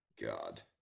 God